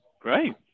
Great